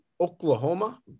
Oklahoma